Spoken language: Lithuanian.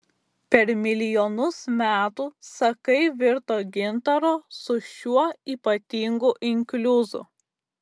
per milijonus metų sakai virto gintaru su šiuo ypatingu inkliuzu